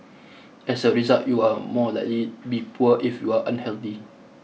as a result you are more likely be poor if you are unhealthy